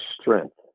strength